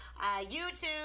YouTube